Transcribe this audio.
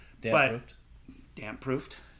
Damp-proofed